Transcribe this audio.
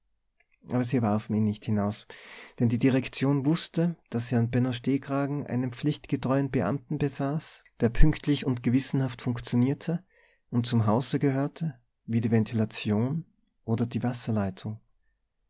aber sie warfen ihn nicht hinaus denn die direktion wußte daß sie an benno stehkragen einen pflichtgetreuen beamten besaß der pünktlich und gewissenhaft funktionierte und zum hause gehörte wie die ventilation oder die wasserleitung